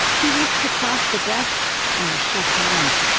he reached across the desk and we shook hands.